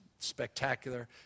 Spectacular